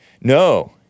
No